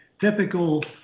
Typical